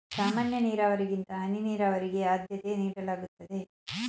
ಸಾಮಾನ್ಯ ನೀರಾವರಿಗಿಂತ ಹನಿ ನೀರಾವರಿಗೆ ಆದ್ಯತೆ ನೀಡಲಾಗುತ್ತದೆ